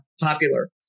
popular